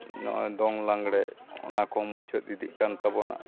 ᱱᱚᱜᱼᱚᱸᱭ ᱫᱚᱝ ᱞᱟᱜᱽᱲᱮ ᱚᱱᱟ ᱠᱚ ᱢᱩᱪᱟᱹᱫ ᱤᱫᱤᱜ ᱠᱟᱱ ᱛᱟᱵᱚᱱᱟ